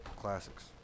Classics